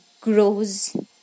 grows